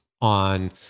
on